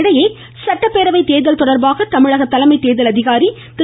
இதனிடையே சட்டப்பேரவைத் தேர்தல் தொடர்பாக தமிழக தலைமை தேர்தல் அதிகாரி திரு